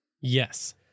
Yes